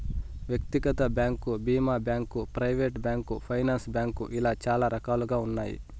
వ్యక్తిగత బ్యాంకు భీమా bank, private bank, finance bank ఇలా చాలా రకాలుగా ఉన్నాయి